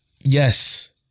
Yes